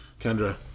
Kendra